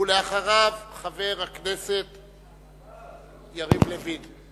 ואחריו, חבר הכנסת יריב לוין.